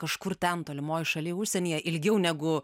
kažkur ten tolimoj šaly užsienyje ilgiau negu